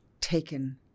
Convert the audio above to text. taken